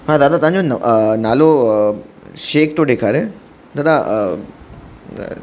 हां दादा तव्हांजो न नालो शेक थो ॾेखारे दादा